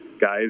guys